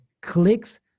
clicks